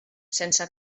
sense